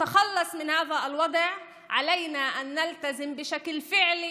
וכדי שנשים קץ למצב הזה עלינו להישמע להוראות הלכה למעשה